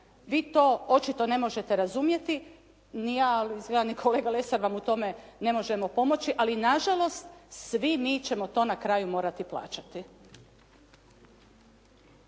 vi to očito ne možete razumjeti, ni ja, ali izgleda ni kolega Lesar vam u tome ne možemo pomoći, ali na žalost svi mi ćemo to na kraju morati plaćati.